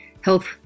health